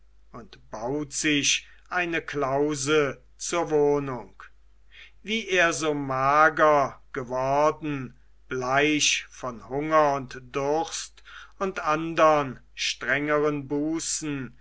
und baut sich eine klause zur wohnung wie er so mager geworden bleich von hunger und durst und andern strengeren bußen